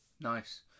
Nice